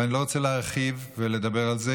ואני לא רוצה להרחיב ולדבר על זה,